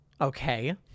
Okay